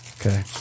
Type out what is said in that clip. Okay